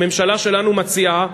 הממשלה שלנו מציעה,